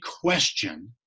question